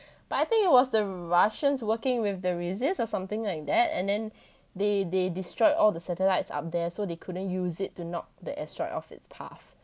but I think it was the russians working with the resist or something like that and then they they destroyed all the satellites up there so they couldn't use it to knock the astroid off its path